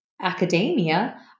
academia